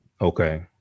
Okay